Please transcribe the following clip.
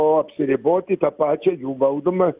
o apsiriboti į tą pačią jų valdomą